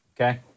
Okay